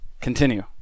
Continue